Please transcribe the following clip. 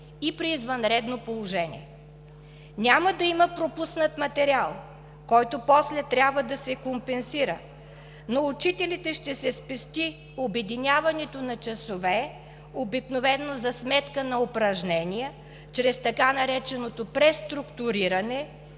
и при извънредно положение. Няма да има пропуснат материал, който после трябва да се компенсира. На учителите ще се спести обединяването на часове, обикновено за сметка на упражнения, чрез така нареченото преструктуриране,